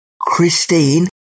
Christine